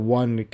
one